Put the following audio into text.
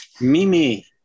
Mimi